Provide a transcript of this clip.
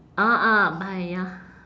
ah ah by ya